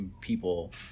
People